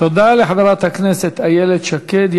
תודה לחברת הכנסת איילת שקד.